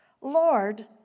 Lord